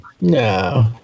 No